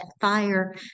fire